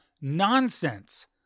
nonsense